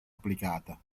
applicata